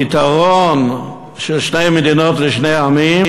הפתרון של שתי מדינות לשני עמים,